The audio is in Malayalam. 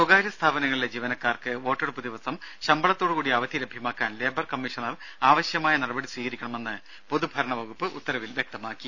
സ്വകാര്യ സ്ഥാപനങ്ങളിലെ ജീവനക്കാർക്ക് വോട്ടെടുപ്പ് ദിവസം ശമ്പളത്തോടു കൂടിയ അവധി ലഭ്യമാക്കാൻ ലേബർ കമ്മീഷണർ ആവശ്യമായ നടപടി സ്വീകരിക്കണമെന്ന് പൊതുഭരണ വകുപ്പ് ഉത്തരവിൽ വ്യക്തമാക്കി